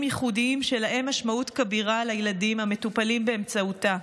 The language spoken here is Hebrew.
ייחודיים שלהם משמעות כבירה לילדים המטופלים באמצעותה.